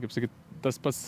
kaip sakyt tas pats